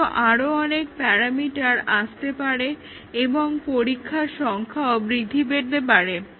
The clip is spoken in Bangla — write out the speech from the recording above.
হয়তো আরও অনেক প্যারামিটার আসতে পারে এবং পরীক্ষার সংখ্যাও বৃদ্ধি পেতে পারে